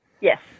Yes